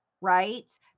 right